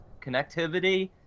connectivity